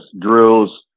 drills